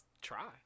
try